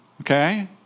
okay